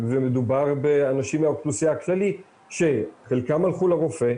ומדובר באנשים מהאוכלוסייה הכללית שחלקם הלכו לרופא,